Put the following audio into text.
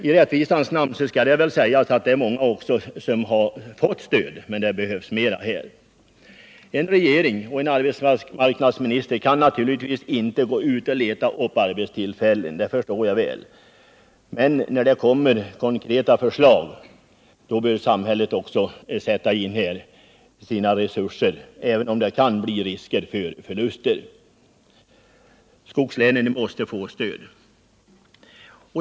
I rättvisans namn skall väl sägas att det är många som har fått stöd, men det behövs mer. En regering och en arbetsmarknadsminister kan naturligtvis inte gå ut och leta upp arbetstillfällen. Det förstår jag väl. Men när det kommer konkreta förslag, bör samhället också sätta in sina resurser, även om det kan vara risk för förluster. Skogslänen måste få stöd.